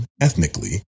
ethnically